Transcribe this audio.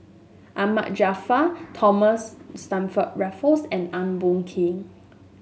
Ahmad Jaafar Thomas Stamford Raffles and Eng Boh Kee